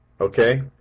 Okay